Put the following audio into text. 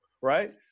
Right